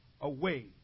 Away